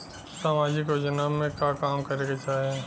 सामाजिक योजना में का काम करे के चाही?